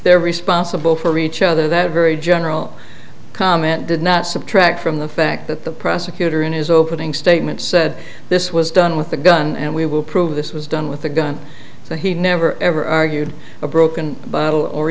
they're responsible for each other that very general comment did not subtract from the fact that the prosecutor in his opening statement said this was done with the gun and we will prove this was done with a gun so he never ever argued a broken bottle or